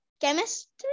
chemistry